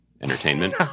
entertainment